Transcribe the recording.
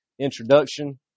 introduction